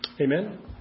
Amen